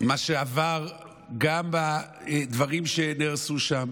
מה שעברה, גם בדברים שנהרסו שם,